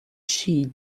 she